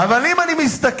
אבל אם אני מסתכל,